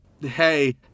hey